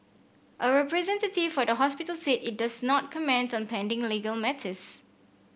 a representative for the hospital said it does not comment on pending legal matters